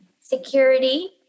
security